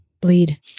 Bleed